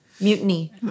mutiny